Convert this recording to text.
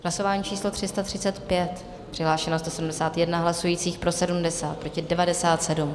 Hlasování číslo 335, přihlášeno 171 hlasujících, pro 70, proti 97.